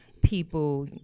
people